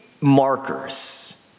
markers